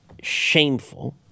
shameful